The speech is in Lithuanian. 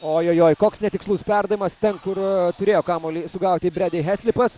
ojojoi koks netikslus perdavimas ten kur turėjo kamuolį sugauti bredi heslipas